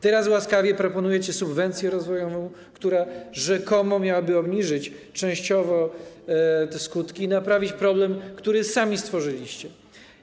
Teraz łaskawie proponujecie subwencję rozwojową, która rzekomo miałaby zniwelować częściowo te skutki i naprawić problem, który sami stworzyliście.